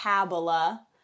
Kabbalah